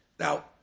Now